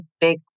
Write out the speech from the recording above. big